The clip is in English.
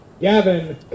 Gavin